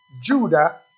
Judah